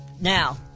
Now